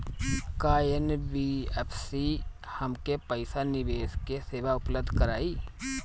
का एन.बी.एफ.सी हमके पईसा निवेश के सेवा उपलब्ध कराई?